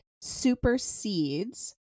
supersedes